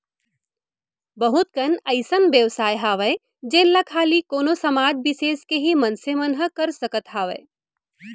बहुत कन अइसन बेवसाय हावय जेन ला खाली कोनो समाज बिसेस के ही मनसे मन ह कर सकत हावय